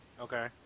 Okay